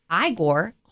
Igor